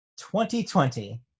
2020